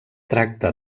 tracta